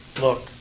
look